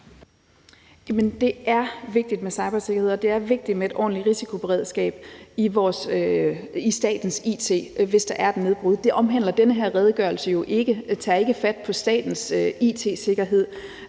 Det er vigtigt med cybersikkerhed, og det er vigtigt med et ordentligt risikoberedskab i statens it, hvis der er et nedbrud. Det omhandler den her redegørelse jo ikke. Den tager ikke fat på statens it-sikkerhed,